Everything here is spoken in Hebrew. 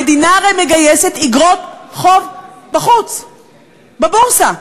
המדינה הרי מגייסת איגרות חוב בחוץ, בבורסה.